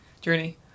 journey